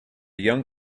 young